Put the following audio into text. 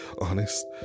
honest